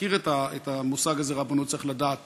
שמכיר את המושג הזה, רבנות, צריך לדעת: